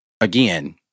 again